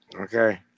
Okay